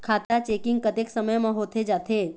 खाता चेकिंग कतेक समय म होथे जाथे?